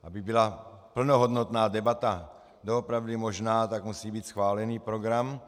Aby byla plnohodnotná debata doopravdy možná, musí být schválený program.